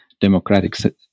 democratic